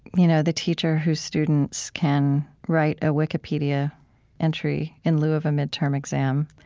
you know the teacher whose students can write a wikipedia entry in lieu of a mid-term exam,